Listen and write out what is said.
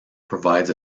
provides